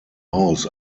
haus